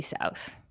South